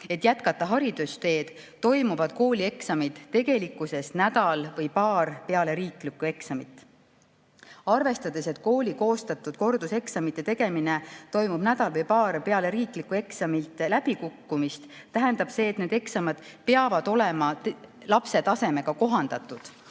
et jätkata haridusteed, toimuvad koolieksamid tegelikkuses nädal või paar peale riiklikku eksamit. Arvestades, et kooli koostatud korduseksamite tegemine toimub nädal või paar peale riiklikul eksamil läbikukkumist, tähendab see, et need eksamid peavad olema lapse tasemega kohandatud.